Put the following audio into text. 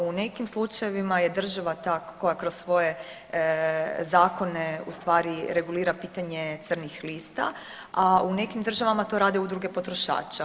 U nekim slučajevima je država ta koja kroz svoje zakone u stvari regulira pitanje crnih lista, a u nekim državama to rade udruge potrošača.